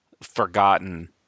forgotten